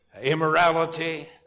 immorality